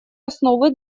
основы